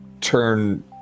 turn